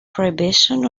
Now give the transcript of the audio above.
prohibition